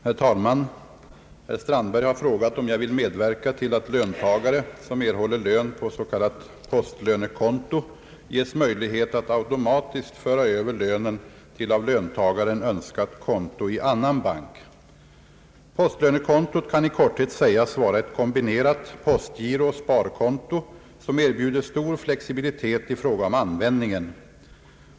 Herr talman! Herr Strandberg har frågat om jag vill medverka till att löntagare som erhåller lön på s.k. postlönekonto ges möjlighet att automatiskt föra över lönen till av löntagaren Önskat konto i annan bank. Postlönekontot kan i korthet sägas vara ett kombinerat postgirooch sparkonto, som erbjuder stor flexibilitet i fråga om användningen.